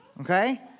Okay